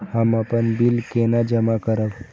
हम अपन बिल केना जमा करब?